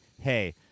hey